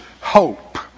hope